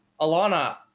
Alana